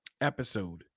episode